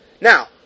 Now